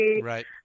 Right